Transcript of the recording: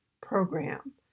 program